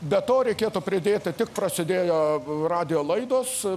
be to reikėtų pridėti tik prasidėjo radijo laidos